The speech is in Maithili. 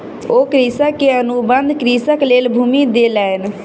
ओ कृषक के अनुबंध कृषिक लेल भूमि देलैन